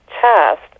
chest